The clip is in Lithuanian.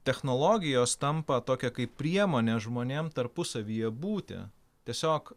technologijos tampa tokia kaip priemonė žmonėm tarpusavyje būti tiesiog